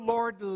Lord